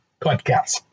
podcast